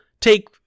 take